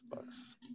bucks